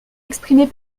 exprimés